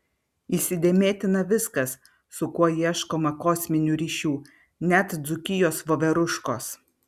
įsidėmėtina viskas su kuo ieškoma kosminių ryšių net dzūkijos voveruškos